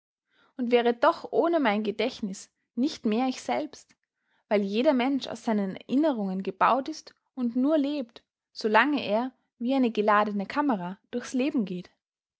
und wäre doch ohne mein gedächtnis nicht mehr ich selbst weil jeder mensch aus seinen erinnerungen gebaut ist und nur lebt solange er wie eine geladene kamera durchs leben geht